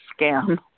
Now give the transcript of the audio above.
scam